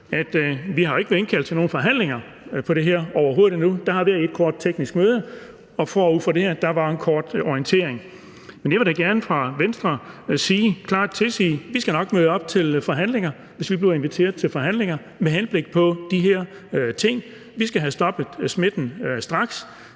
har været indkaldt til nogen forhandlinger på det her endnu. Der har været et kort teknisk møde, og forud for det var der en kort orientering. Men jeg vil da gerne fra Venstres side klart sige, at vi nok skal møde op til forhandlinger, hvis vi bliver inviteret til forhandlinger med henblik på de her ting. Vi skal have stoppet smitten straks,